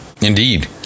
indeed